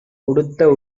உடுத்த